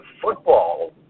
football